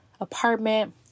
apartment